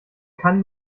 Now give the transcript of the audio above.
kann